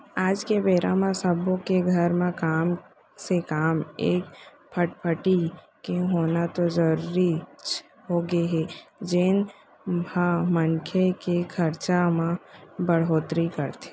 आज के बेरा म सब्बो के घर म कम से कम एक फटफटी के होना तो जरूरीच होगे हे जेन ह मनखे के खरचा म बड़होत्तरी करथे